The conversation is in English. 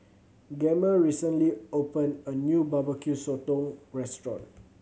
Gemma recently opened a new Barbecue Sotong restaurant